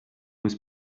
was